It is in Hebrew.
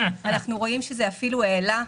אנחנו רואים שזה אפילו העלה.